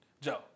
Joe